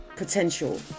Potential